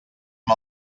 amb